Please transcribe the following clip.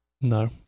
No